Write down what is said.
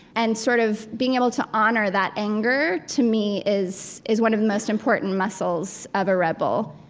and sort of being able to honor that anger, to me, is is one of the most important muscles of a rebel